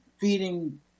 feeding